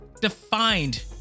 defined